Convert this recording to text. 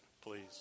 Please